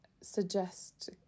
suggest